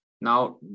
Now